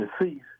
deceased